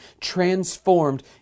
transformed